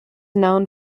known